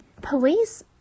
police